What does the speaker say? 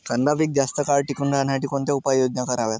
कांदा पीक जास्त काळ टिकून राहण्यासाठी कोणत्या उपाययोजना कराव्यात?